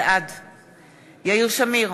בעד יאיר שמיר,